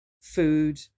food